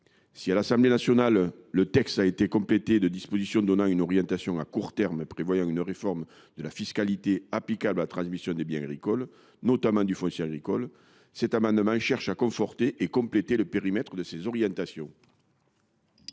À l’Assemblée nationale, le texte a été complété par des dispositions visant à donner une orientation à court terme et à prévoir une réforme de la fiscalité applicable à la transmission des biens agricoles, notamment du foncier. Cet amendement vise à conforter et à compléter le périmètre de ces orientations.